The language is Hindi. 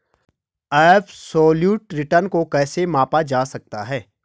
एबसोल्यूट रिटर्न को कैसे मापा जा सकता है?